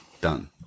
Done